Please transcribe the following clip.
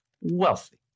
wealthy